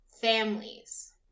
families